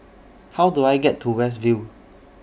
How Do I get to West View